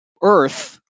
Earth